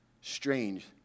Strange